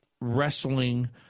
wrestling